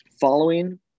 following